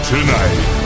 Tonight